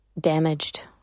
damaged